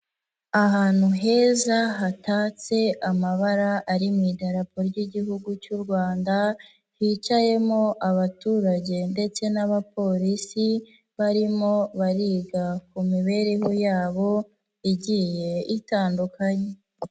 Ahantu heza hatatse amabara ari mu idarapo ry'Igihugu cy'u Rwanda, hicayemo abaturage ndetse n'abapolisi barimo bariga ku mibereho yabo igiye itandukanye.